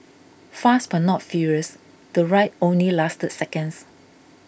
fast but not furious the ride only lasted seconds